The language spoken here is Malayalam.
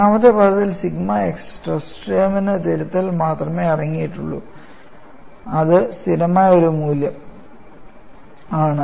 രണ്ടാമത്തെ പദത്തിൽ സിഗ്മ x സ്ട്രെസ് ടേമിന് തിരുത്തൽ മാത്രമേ അടങ്ങിയിട്ടുള്ളൂ അത് സ്ഥിരമായ ഒരു മൂല്യമാണ്